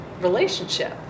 relationship